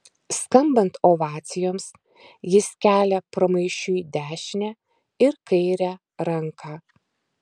skambant ovacijoms jis kelia pramaišiui dešinę ir kairę ranką